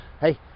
hey